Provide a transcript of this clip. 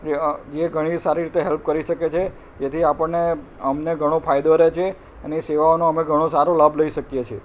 જે ઘણી સારી રીતે હેલ્પ કરી શકે છે તેથી આપણને અમને ઘણો ફાયદો રહે છે અને સેવાઓનો અમે ઘણો સારો લાભ લઈ શકીએ છીએ